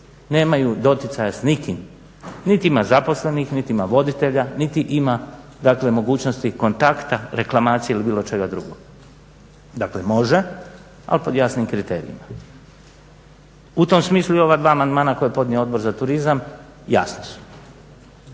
nemaju doticaja s nikim. Niti ima zaposlenih niti ima voditelja niti ima dakle mogućnosti kontakta, reklamacije ili bilo čega drugog. Dakle, može, ali pod jasnim kriterijima. U tom smislu ova amandmana koja je podnio Odbor za turizam, jasni su.